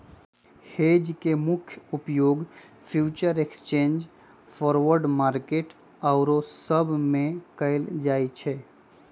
hedge के मुख्य उपयोग फ्यूचर एक्सचेंज, फॉरवर्ड मार्केट आउरो सब में कएल जाइ छइ